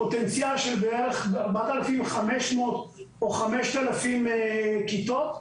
פוטנציאל של בערך 4,500 או 5,000 כיתות,